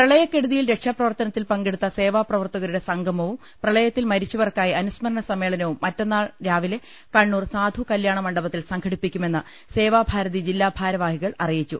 പ്രളയക്കെടുതിയിൽ രക്ഷാപ്രവർത്തനത്തിൽ പങ്കെടുത്ത സേവാപ്രവർത്തകരുടെ സംഗമവും പ്രളയത്തിൽ മരിച്ച വർക്കായി അനുസ്മരണ സമ്മേളനവും മറ്റന്നാൾ രാവിലെ കണ്ണൂർ സാധു കല്ല്യാണ മണ്ഡപത്തിൽ സംഘടിപ്പിക്കുമെന്ന് സേവാഭാരതി ജില്ലാ ഭാരവാഹികൾ അറിയിച്ചു